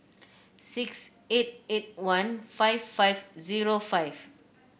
six eight eight one five five zero five